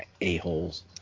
a-holes